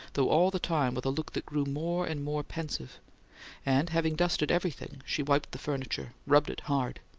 though all the time with a look that grew more and more pensive and having dusted everything, she wiped the furniture rubbed it hard.